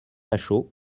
lachaud